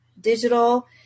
digital